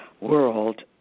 world